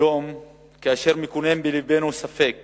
היום, כאשר מקנן בלבנו ספק